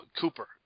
Cooper